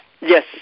Yes